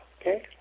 Okay